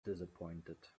disappointed